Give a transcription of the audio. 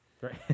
right